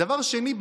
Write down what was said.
דבר שני,